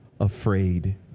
afraid